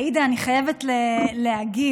עאידה, אני חייבת להגיב.